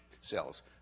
cells